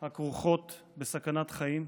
הכרוכות בסכנת חיים,